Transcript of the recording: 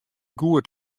goed